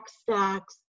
stacks